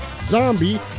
zombie